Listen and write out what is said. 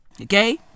Okay